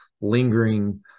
lingering